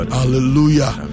Hallelujah